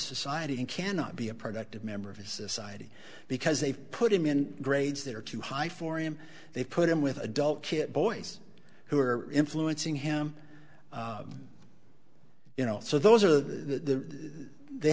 society and cannot be a productive member of society because they put him in grades that are too high for him they put him with adult kid boys who are influencing him you know so those are the they